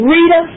Rita